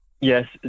Yes